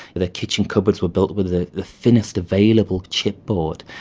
the kitchen cupboards were built with the the thinnest available chipboard.